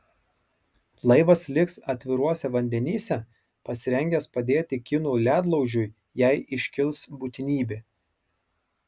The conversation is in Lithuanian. laivas liks atviruose vandenyse pasirengęs padėti kinų ledlaužiui jei iškils būtinybė